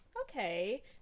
okay